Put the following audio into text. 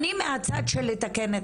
אני מהצד של לתקן את